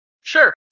Sure